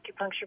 acupuncture